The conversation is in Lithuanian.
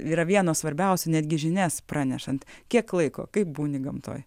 yra vienos svarbiausių netgi žinias pranešant kiek laiko kaip būni gamtoj